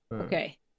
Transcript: Okay